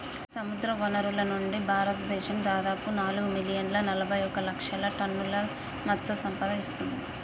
సముద్రవనరుల నుండి, భారతదేశం దాదాపు నాలుగు మిలియన్ల నలబైఒక లక్షల టన్నుల మత్ససంపద ఇస్తుంది